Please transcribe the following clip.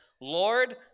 Lord